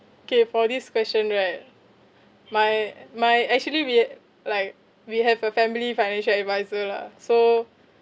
okay for this question right my my actually we like we have a family financial adviser lah so